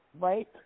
Right